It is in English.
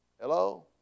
Hello